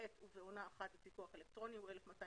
בעת ובעונה אחת בפיקוח אלקטרוני הוא 1,250